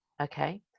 Okay